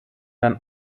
dann